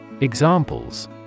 Examples